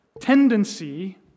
tendency